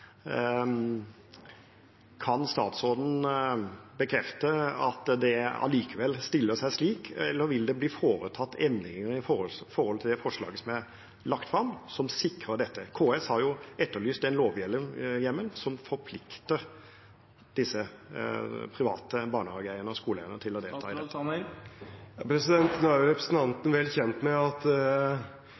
Kan statsråden bekrefte at det allikevel stiller seg slik, eller vil det bli foretatt endringer i forslaget som er lagt fram, som sikrer dette? KS har jo etterlyst en lovhjemmel som forplikter de private barnehageeierne og skoleeierne til å delta i dette. Nå er representanten vel kjent med at